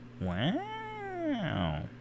Wow